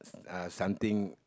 uh something